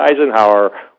Eisenhower